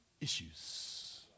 issues